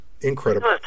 Incredible